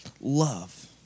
love